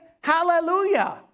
hallelujah